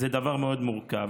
זה דבר מאוד מורכב.